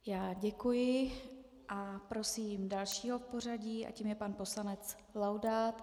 Já děkuji a prosím dalšího v pořadí a tím je pan poslanec Laudát.